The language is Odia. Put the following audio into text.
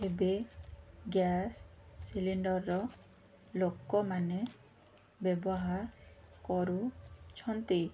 ଏବେ ଗ୍ୟାସ୍ ସିଲିଣ୍ଡର୍ର ଲୋକମାନେ ବ୍ୟବହାର କରୁଛନ୍ତି